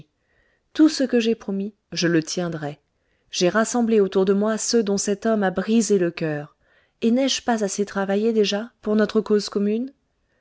tout ce que j'ai promis je le tiendrai j'ai rassemblé autour de moi ceux dont cet homme a brisé le coeur et n'ai-je pas assez travaillé déjà pour notre cause commune